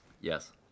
Yes